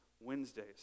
Wednesdays